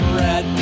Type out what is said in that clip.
red